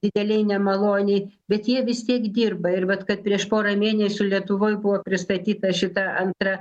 didelėj nemalonėj bet jie vis tiek dirba ir vat kad prieš porą mėnesių lietuvoj buvo pristatyta šita antra